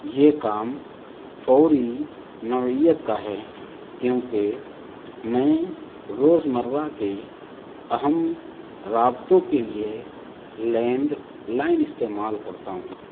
یہ کام فوری نوعیت کا ہے کیونکہ میں روز مرہ کے اہم رابطوں کے لیے لینڈلائن استعمال کرتا ہوں